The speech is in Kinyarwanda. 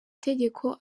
tegeko